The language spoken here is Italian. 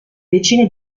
decine